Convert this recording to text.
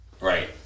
right